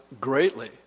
greatly